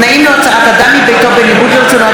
תנאים להוצאת אדם מביתו בניגוד לרצונו),